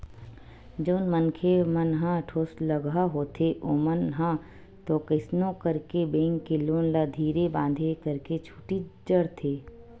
जउन मनखे मन ह ठोसलगहा होथे ओमन ह तो कइसनो करके बेंक के लोन ल धीरे बांधे करके छूटीच डरथे